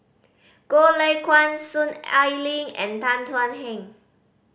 Goh Lay Kuan Soon Ai Ling and Tan Thuan Heng